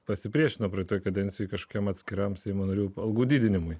pasipriešino praeitoje kadencijoje kažkuriam atskiram seimo narių algų didinimui